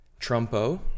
Trumpo